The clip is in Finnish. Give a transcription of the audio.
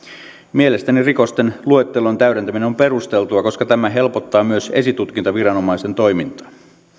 mielestäni rikosten luettelon täydentäminen on perusteltua koska tämä helpottaa myös esitutkintaviranomaisen toimintaa